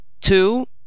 Two